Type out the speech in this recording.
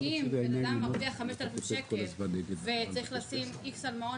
אם בן אדם מרוויח 5,000 שקל וצריך לשים X על מעון